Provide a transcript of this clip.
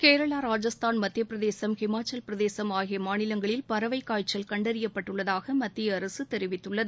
கேரளா ராஜஸ்தான் மத்தியபிரதேசம் ஹிமாச்சலப்பிரதேசம் ஆகிய மாநிலங்களில் பறவைக் காய்ச்சல் கண்டறியப்பட்டுள்ளதாக மத்திய அரசு தெரிவித்துள்ளது